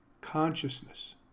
consciousness